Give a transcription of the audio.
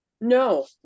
No